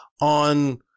on